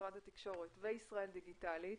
משרד התקשורת וישראל דיגיטלית,